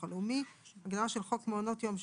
הלאומי" והגדרה של "חוק מעונות יום שיקומיים"